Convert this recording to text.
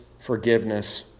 forgiveness